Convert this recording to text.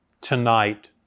tonight